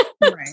Right